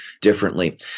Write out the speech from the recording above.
differently